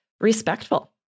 respectful